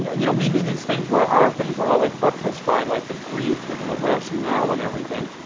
and and you know, we'd do these things where our things were all like, buttressed by like the brief and the rationale and everything,